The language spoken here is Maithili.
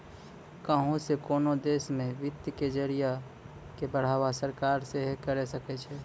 कहुं से कोनो देशो मे वित्त के जरिया के बढ़ावा सरकार सेहे करे सकै छै